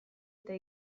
eta